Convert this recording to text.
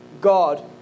God